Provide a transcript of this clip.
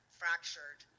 fractured